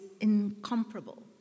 incomparable